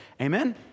Amen